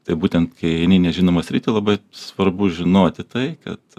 tai būtent kai eini į nežinomą sritį labai svarbu žinoti tai kad